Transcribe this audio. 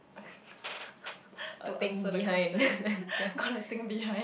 to answer the question got to think behind